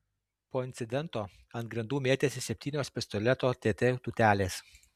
po incidento ant grindų mėtėsi septynios pistoleto tt tūtelės